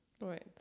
Right